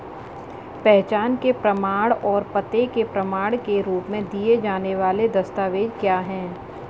पहचान के प्रमाण और पते के प्रमाण के रूप में दिए जाने वाले दस्तावेज क्या हैं?